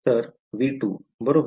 तर V2 बरोबर